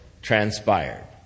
Transpired